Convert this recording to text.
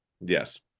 Yes